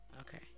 Okay